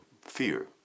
fear